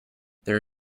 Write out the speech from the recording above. there